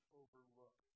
overlook